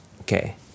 Okay